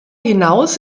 hinaus